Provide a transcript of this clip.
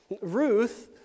Ruth